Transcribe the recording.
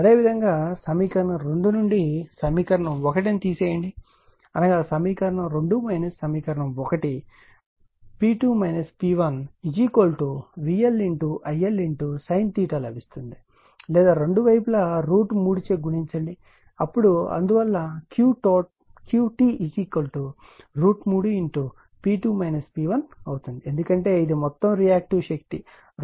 అదేవిధంగా సమీకరణం 2 నుండి సమీకరణం 1 ను తీసివేస్తే అనగా సమీకరణం 2 సమీకరణం 1 P2 P1 VLIL sin లభిస్తుంది లేదా రెండు వైపులా √ 3 చే గుణించాలి అప్పుడు అందువల్ల QT3P2 P1 అవుతుంది ఎందుకంటే ఇది మొత్తం రియాక్టివ్ శక్తి 3VLIL sin